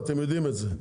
ואתם יודעים את זה,